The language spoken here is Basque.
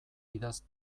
idatz